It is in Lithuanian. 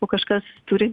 o kažkas turi